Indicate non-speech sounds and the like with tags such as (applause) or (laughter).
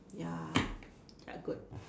ya (noise) ya good